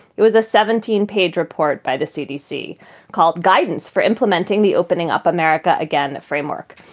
it was a seventeen page report by the cdc called guidance for implementing the opening up america again framework.